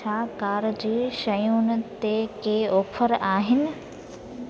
छा कार जूं शयुनि ते के ऑफर आहिनि